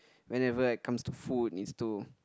whenever I comes to food is to